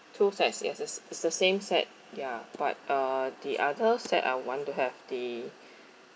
two sets yes is it's the same set ya but uh the other set I want to have the